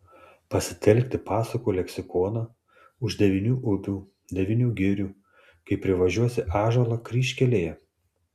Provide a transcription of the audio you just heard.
pasitelkti pasakų leksikoną už devynių upių devynių girių kai privažiuosi ąžuolą kryžkelėje